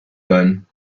sein